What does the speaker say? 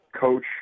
coach